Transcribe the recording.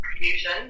confusion